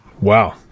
Wow